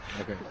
Okay